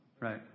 right